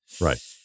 Right